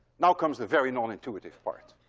now comes the very nonintuitive part.